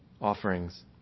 offerings